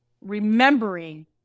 remembering